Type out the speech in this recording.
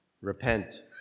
Repent